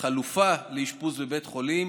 כחלופת אשפוז בבית חולים